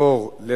התשע"א 2011,